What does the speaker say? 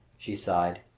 she sighed,